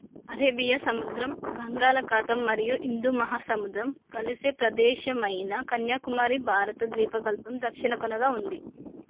Arabia సముద్రం బంగాళాఖాతం మరియు హిందూ మహాసముద్రం కలిసే ప్రదేశమైన కన్యాకుమారి భారత ద్వీపకల్పం దక్షిణ కొనగా ఉంది